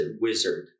wizard